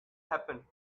happen